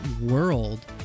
world